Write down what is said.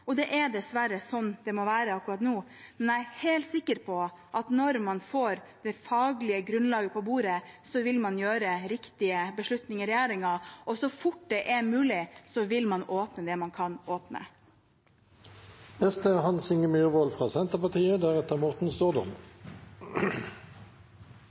Det er dessverre sånn det må være akkurat nå, men jeg er helt sikker på at når man får det faglige grunnlaget på bordet, vil man gjøre riktige beslutninger i regjeringen, og så fort det er mulig, vil man åpne det man kan